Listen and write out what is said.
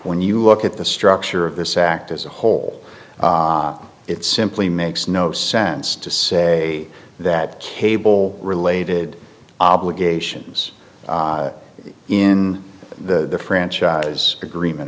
when you look at the structure of this act as a whole it's simply me makes no sense to say that cable related obligations in the franchise agreement